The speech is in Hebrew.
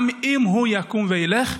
גם אם הוא יקום וילך,